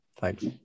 Thanks